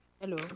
Hello